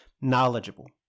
knowledgeable